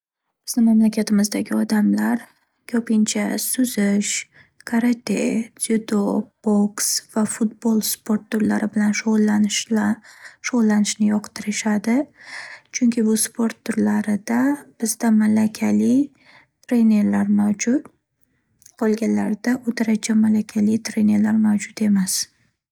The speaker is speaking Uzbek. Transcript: Bizni mamlakatimizdagi odamlar ko'pincha suzish, karate, dzyudo, boks va futbol sport turlari bilan shug'ullanishl-shug'ullanishni yoqtirishadi. Chunki, bu sport turlarida bizda malakali treynerlar mavjud. Qolganlarida u daraja malakali treynerlar mavjud emas.